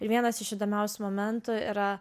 vienas iš įdomiausių momentų yra